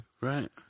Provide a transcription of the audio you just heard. Right